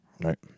Right